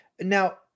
Now